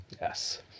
Yes